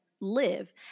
live